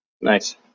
nice